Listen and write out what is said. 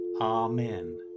Amen